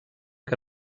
que